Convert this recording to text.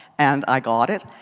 and i got it.